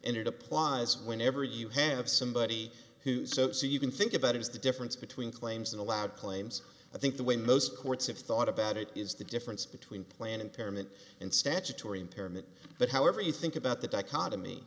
it applies whenever you have somebody who so so you can think about is the difference between claims and allowed claims i think the way most courts have thought about it is the difference between plan impairment and statutory impairment but however you think about the dichotomy